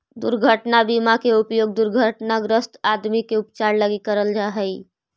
दुर्घटना बीमा के उपयोग दुर्घटनाग्रस्त आदमी के उपचार लगी करल जा हई